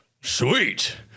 Sweet